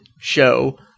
show